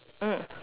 mm